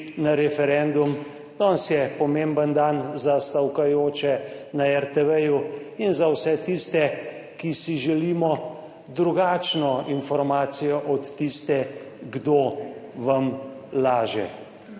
na referendum. Danes je pomemben dan za stavkajoče na RTV-ju in za vse tiste, ki si želimo drugačno informacijo od tiste, 64.